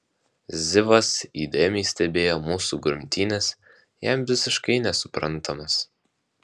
zivas įdėmiai stebėjo mūsų grumtynes jam visiškai nesuprantamas